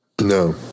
No